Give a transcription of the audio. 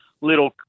little